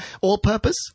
All-Purpose